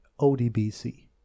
ODBC